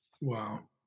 Wow